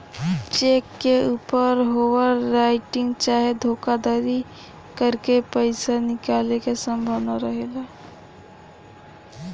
check के ऊपर over writing चाहे धोखाधरी करके पईसा निकाले के संभावना रहेला